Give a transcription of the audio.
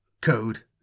Code